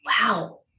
wow